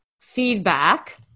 feedback